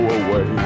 away